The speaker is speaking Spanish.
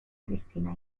christina